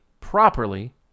properly